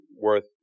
worth